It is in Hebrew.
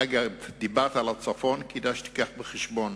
אגב, דיברת על הצפון, כדאי שתביא בחשבון